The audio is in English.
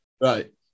Right